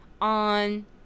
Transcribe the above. on